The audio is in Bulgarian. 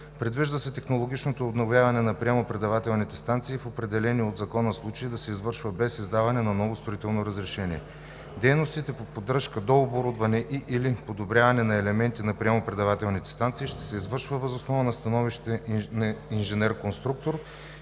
Предвижда се технологичното обновяване на приемо-предавателните станции в определени от закона случаи да се извършва без издаване на ново строително разрешение. Дейностите по поддръжка, дооборудване и/или подобряване на елементи на приемо-предавателните станции ще се извършва въз основа на становище инженер-конструктор